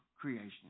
creation